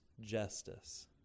justice